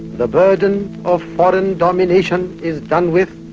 the burden of foreign domination is done with,